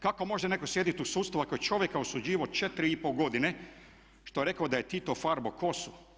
Kako može netko sjedit u sustavu ako je čovjeka osuđivao 4 i pol godine što je rekao da je Tito farbao kosu.